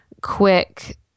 quick